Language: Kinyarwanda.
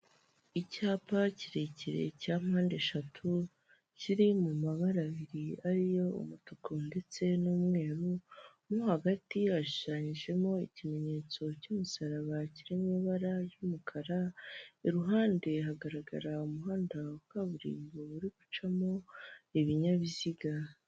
Inzu ikodeshwa iherereye mu mujyi wa Kigali Kimironko kwa Sekimondo ifite ibyumba bitatu birarwamo n'ibindi byumba bitatu by'ubwogero muri buri cyumba hakabamo akantu kabikwamo imyenda ikodeshwa ibihumbi magana atatu y'u Rwanda.